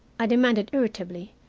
i demanded irritably,